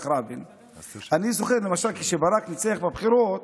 אני זוכר, למשל, כשברק ניצח בבחירות,